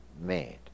made